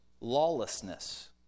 lawlessness